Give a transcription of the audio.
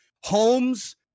homes